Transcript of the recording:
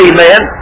Amen